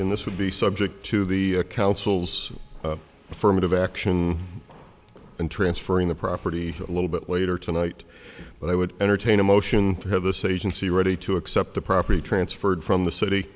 in this would be subject to the council's affirmative action and transferring the property a little bit later tonight but i would entertain a motion to have this agency ready to accept the property transferred from the